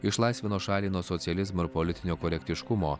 išlaisvino šalį nuo socializmo ir politinio korektiškumo